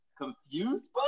Confused